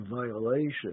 violation